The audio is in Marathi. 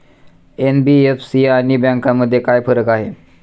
एन.बी.एफ.सी आणि बँकांमध्ये काय फरक आहे?